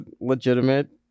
Legitimate